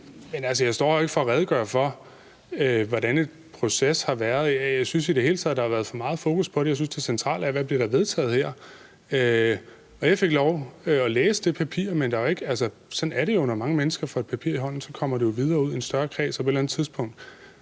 her jo ikke for at redegøre for, hvordan en proces har været. Jeg synes i det hele taget, at der har været for meget fokus på det. Jeg synes, det centrale er, hvad der bliver vedtaget her. Jeg fik lov til at læse det papir, og sådan er det jo, når mange mennesker får et papir i hånden; så kommer det jo videre ud i en større kreds,